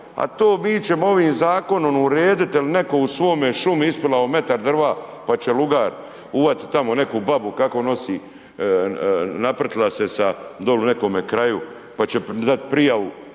a to mi ćemo ovim zakonom urediti jel nekome u svojoj šumi ispilio metar drva pa će lugar uhvatiti tamo neku babu kako nosi naprtila se doli u nekome kraju pa će dati prijavu